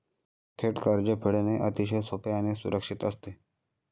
थेट कर्ज फेडणे अतिशय सोपे आणि सुरक्षित असते